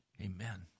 amen